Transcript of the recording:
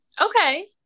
Okay